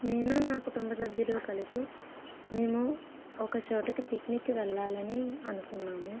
నేను నా కుటుంబ సభ్యులు కలిసి మేము ఒక చోటుకి పిక్నిక్ కి వెళ్ళాలని అనుకున్నాము